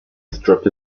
strip